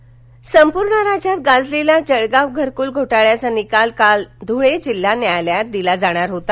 घरकल जळगाव संपूर्ण राज्यात गाजलेला जळगाव घरकूल घोटाळ्याचा निकाल काल धुळे जिल्हा न्यायालयात दिला जाणार होता